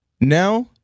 Now